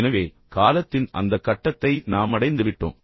எனவே காலத்தின் அந்த கட்டத்தை நாம் அடைந்துவிட்டோம்